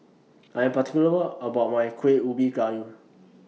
I Am particular about My Kueh Ubi Kayu